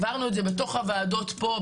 העברנו את זה בתוך הוועדות פה,